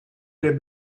der